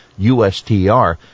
USTR